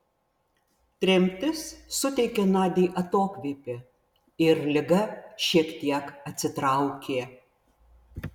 tremtis suteikė nadiai atokvėpį ir liga šiek tiek atsitraukė